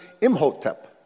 Imhotep